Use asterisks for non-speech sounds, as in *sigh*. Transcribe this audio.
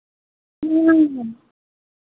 *unintelligible*